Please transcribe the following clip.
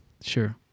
Sure